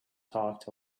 talk